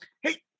Hey